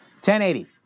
1080